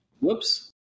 whoops